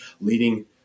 leading